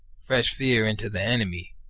fresh fear into the enemy.